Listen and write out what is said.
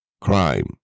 crime